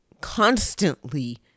constantly